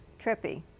Trippy